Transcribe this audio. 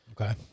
Okay